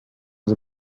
was